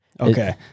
Okay